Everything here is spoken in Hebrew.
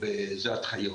בתקנות.